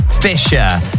fisher